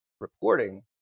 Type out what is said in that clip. reporting